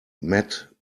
met